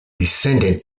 descendent